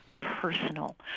personal